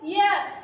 yes